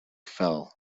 fell